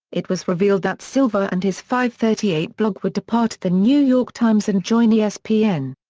it was revealed that silver and his fivethirtyeight blog would depart the new york times and join yeah espn.